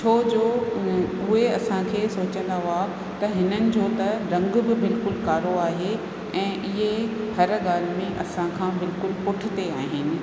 छोजो उहे असांखे सोचींदा हुआ त हिननि जो त रंग बि बिल्कुलु कारो आहे ऐं इहे हर ॻाल्हि में असां खां बिल्कुलु पुठिते आहिनि